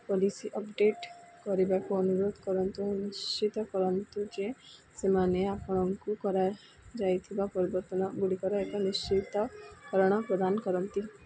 policy update କରିବାକୁ ଅନୁରୋଧ କରନ୍ତୁ ନିଶ୍ଚିତ କରନ୍ତୁ ଯେ ସେମାନେ ଆପଣଙ୍କୁ କରାଯାଇଥିବା ପରିବର୍ତ୍ତନଗୁଡ଼ିକର ଏକ ନିଶ୍ଚିତକରଣ ପ୍ରଦାନ କରନ୍ତି